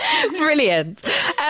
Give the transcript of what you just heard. Brilliant